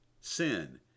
sin